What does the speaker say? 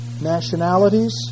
nationalities